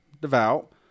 devout